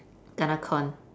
kena con